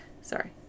Sorry